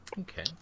okay